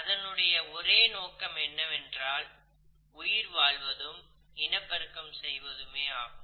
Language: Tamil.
அதனுடைய ஒரே நோக்கம் என்னவென்றால் உயிர் வாழ்வதும் இனப்பெருக்கம் செய்வதுமே ஆகும்